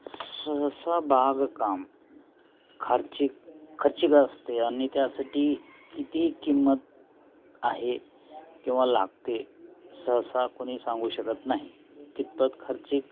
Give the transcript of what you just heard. सहसा बागकाम खर्चिक खर्चिक असते आणि त्यासाठी कितीही किंमत आहे किंवा लागते सहसा कोणी सांगू शकत नाही कितपत खर्चिक